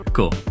Cool